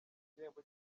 igihembo